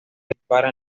dispara